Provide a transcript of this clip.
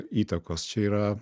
įtakos čia yra